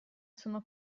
sono